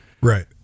Right